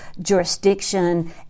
jurisdiction